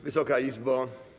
Wysoka Izbo!